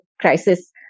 crisis